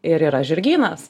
ir yra žirgynas